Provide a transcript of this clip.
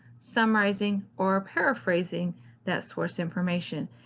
summarizing, or paraphrasing that source information.